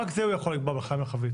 רק זה הוא יכול לקבוע בהנחיה מרחבית.